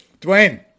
Dwayne